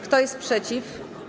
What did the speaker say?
Kto jest przeciw?